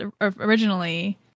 originally